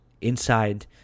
inside